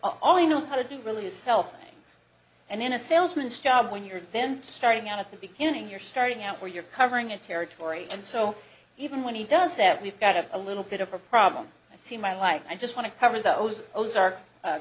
all he knows how to do really is selfish and in a salesman style when you're then starting out at the beginning you're starting out where you're covering a territory and so even when he does that we've got have a little bit of a problem i see in my life i just want to cover those ozark